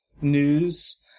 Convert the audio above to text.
news